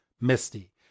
Misty